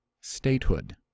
statehood